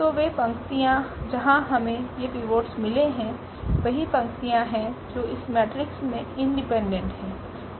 तो वे पंक्तियाँ जहाँ हमें ये पिवोट्स मिले हैं वही पंक्तियाँ हैं जो इस मेट्रिक्स में इंडिपेंडेंट हैं